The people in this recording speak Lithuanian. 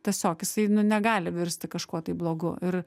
tiesiog jisai nu negali virsti kažkuo tai blogu ir